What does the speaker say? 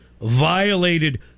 violated